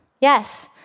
yes